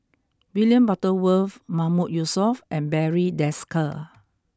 William Butterworth Mahmood Yusof and Barry Desker